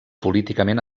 políticament